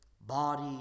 body